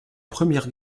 première